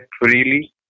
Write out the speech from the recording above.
freely